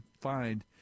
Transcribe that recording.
find